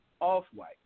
off-white